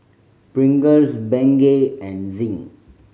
Pringles Bengay and Zinc